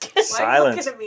Silence